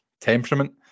temperament